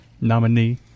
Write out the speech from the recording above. Nominee